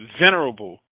venerable